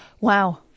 Wow